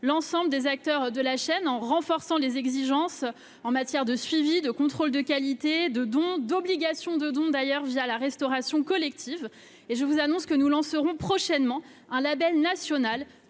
l'ensemble des acteurs de la chaîne en renforçant les exigences en matière de suivi de contrôle de qualité de dons d'obligation de dons d'ailleurs via la restauration collective et je vous annonce que nous lancerons prochainement un Label national